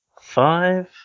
Five